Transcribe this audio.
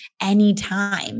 anytime